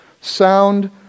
sound